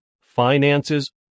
finances